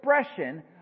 expression